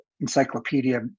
Encyclopedia